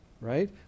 right